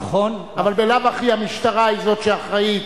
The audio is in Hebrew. אבל בלאו הכי המשטרה היא זאת שאחראית,